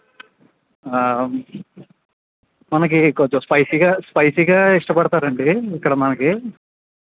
మనకు కొంచెం స్పైసీగా స్పైసీగా ఇష్టపడతారు అండి ఇక్కడ మనకు